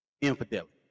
Infidelity